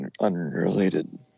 unrelated